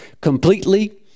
completely